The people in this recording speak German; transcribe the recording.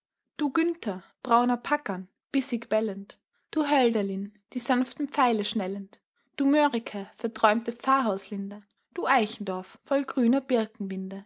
du günther brauner packan bissig bellend du hölderlin die sanften pfeile schnellend du mörike verträumte pfarrhauslinde du eichendorff voll grüner